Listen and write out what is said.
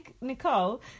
Nicole